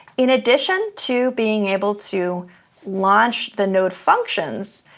in addition to being able to launch the node functions,